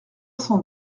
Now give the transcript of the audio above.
cent